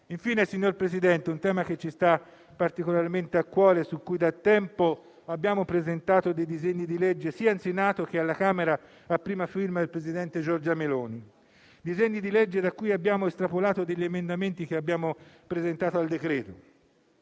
infine, signor Presidente, un tema che ci sta particolarmente a cuore, su cui da tempo abbiamo presentato dei disegni di legge, sia al Senato, sia alla Camera dei deputati, a prima firma del presidente Giorgia Meloni. Da tali disegni di legge abbiamo estrapolato degli emendamenti, che abbiamo presentato al